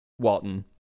Walton